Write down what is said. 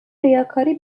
ریاکاری